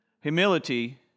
humility